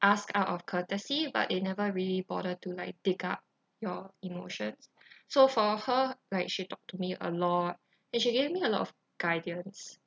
ask out of courtesy but they never really bother to like take up your emotions so for her like she talked to me a lot and she gave me a lot of guidance